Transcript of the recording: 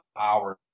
hours